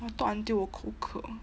I talk until 我口渴